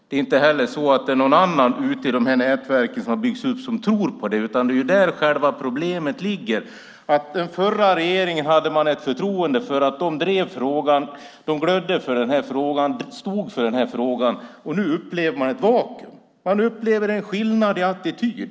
Det är inte heller så att andra i nätverken som har byggts upp tror på det. Det är där själva problemet ligger. När det gäller den förra regeringen hade man förtroende att de drev frågan, glödde för frågan och stod för frågan. Nu upplever man ett vakuum. Man upplever en skillnad i attityd.